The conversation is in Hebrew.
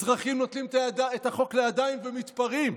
אזרחים נוטלים את החוק לידיים ומתפרעים.